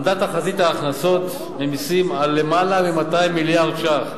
עמדה תחזית ההכנסות ממסים על יותר מ-200 מיליארד ש"ח,